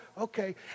okay